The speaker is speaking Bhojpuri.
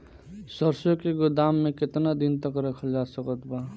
सरसों के गोदाम में केतना दिन तक रखल जा सकत बा?